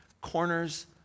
corners